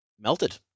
melted